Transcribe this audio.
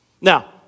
Now